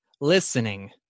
listening